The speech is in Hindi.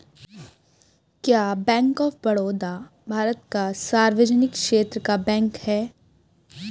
क्या बैंक ऑफ़ बड़ौदा भारत का सार्वजनिक क्षेत्र का बैंक है?